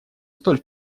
столь